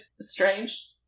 strange